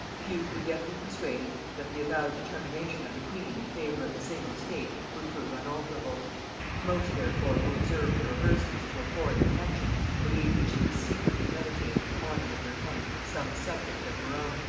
few could yet be persuaded that the avowed determination of the queen in favor of the single state would prove unalterable most therefore who observed her averseness to a foreign connexion believed that she was secretly meditating to honor with her hand some subject of her own,